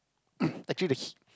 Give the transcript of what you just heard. actually the